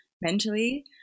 mentally